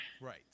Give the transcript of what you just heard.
Right